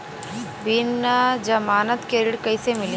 बिना जमानत के ऋण कईसे मिली?